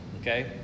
Okay